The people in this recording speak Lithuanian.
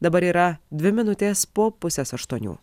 dabar yra dvi minutės po pusės aštuonių